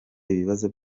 ibibazo